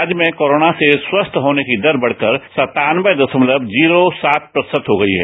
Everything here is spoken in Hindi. राज्य में कोरोना से स्वस्थ होने की दर बढ़कर सत्तानबे दशमलव जीरो सात प्रतिशत हो गई है